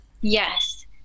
Yes